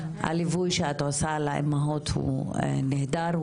הליווי שאת עושה לאימהות הוא נהדר,